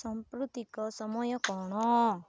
ସାମ୍ପ୍ରତିକ ସମୟ କ'ଣ